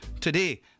today